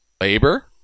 labor